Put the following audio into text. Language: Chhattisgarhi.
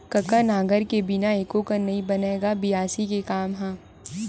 कका नांगर के बिना एको कन नइ बनय गा बियासी के काम ह?